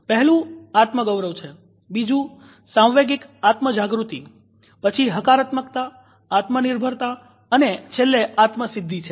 પહેલું આત્મગૌરવ છે બીજુ સાંવેગિક આત્મ જાગૃતિ પછી હકારાત્મકતા આત્મનિર્ભર અને છેલ્લે આત્મ સિધ્ધી છે